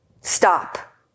Stop